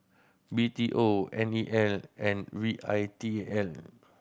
B T O N E L and V I T A L